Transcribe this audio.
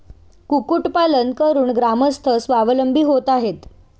कुक्कुटपालन करून ग्रामस्थ स्वावलंबी होत आहेत